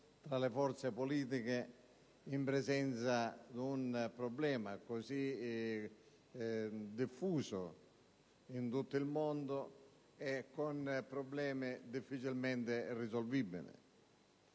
tra le forze politiche di fronte a un problema diffuso in tutto il mondo che presenta problemi difficilmente risolvibili.